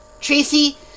Tracy